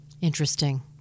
Interesting